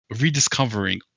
rediscovering